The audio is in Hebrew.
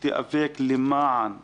שתיאבק למען המוחלשים.